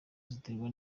ziterwa